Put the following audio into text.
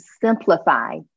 simplify